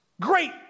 Great